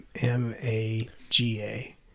M-A-G-A